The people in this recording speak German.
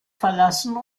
verlassen